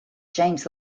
james